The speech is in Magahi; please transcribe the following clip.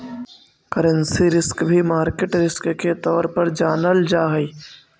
करेंसी रिस्क भी मार्केट रिस्क के तौर पर जानल जा हई